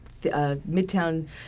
Midtown